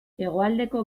hegoaldeko